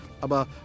aber